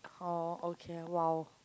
oh okay !wow!